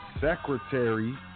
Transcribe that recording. Secretary